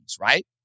right